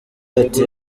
ati